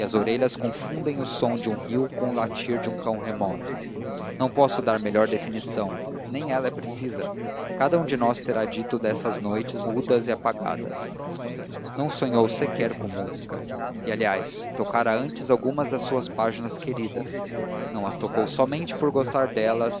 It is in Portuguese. orelhas confundem o som de um rio com o latir de um cão remoto não posso dar melhor definição nem ela é precisa cada um de nós terá tido dessas noites mudas e apagadas não sonhou sequer com música e aliás tocara antes algumas das suas páginas queridas não as tocou somente por gostar delas